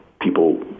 people